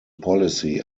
policy